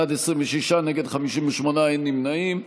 בעד, 26, נגד, 58, אין נמנעים.